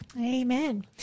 Amen